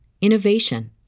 innovation